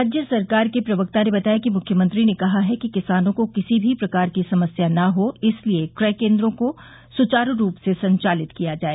राज्य सरकार के प्रवक्ता ने बताया कि मुख्यमंत्री ने कहा है कि किसानों को किसी भी प्रकार की समस्या न हो इसलिये क्रय केन्द्रों को सुचारू रूप से संचालित किया जाए